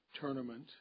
tournament